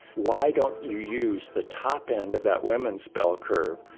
why don't you use the top end of that woman's bell curve,